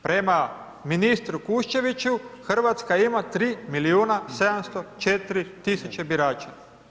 Prema ministru Kuščeviću, Hrvatska ima 3 milijuna 704 tisuće birača.